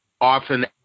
often